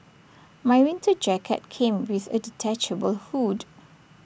my winter jacket came with A detachable hood